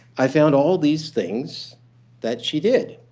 i found all these things that she did.